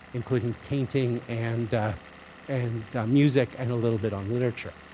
including painting and and music and a little bit on literature.